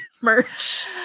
merch